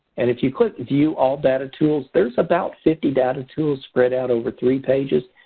and if you click view all data tools, there's about fifty data tools spread out over three pages.